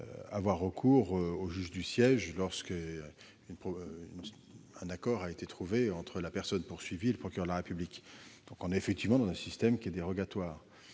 avoir recours au juge du siège lorsqu'un accord a été trouvé entre la personne poursuivie et le procureur de la République ... Nous sommes effectivement dans un système dérogatoire.